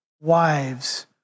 wives